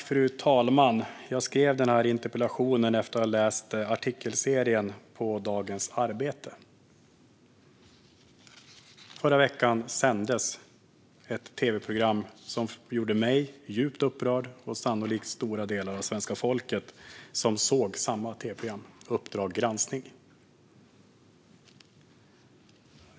Fru talman! Jag skrev interpellationen efter att ha läst en artikelserie i Dagens Arbete. I förra veckan sändes ett tv-program som gjorde mig djupt upprörd - och sannolikt också stora delar av svenska folket som såg samma tv-program, Uppdrag granskning .